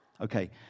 Okay